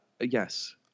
Yes